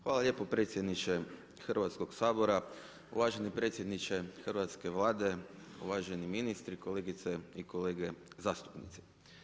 Hvala lijepo predsjedniče Hrvatskog sabora, uvaženi predsjedniče hrvatske Vlade, uvaženi ministri, kolegice i kolege zastupnici.